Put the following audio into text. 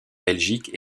belgique